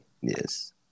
Yes